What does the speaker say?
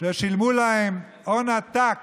ששילמו להם הון העתק